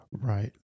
Right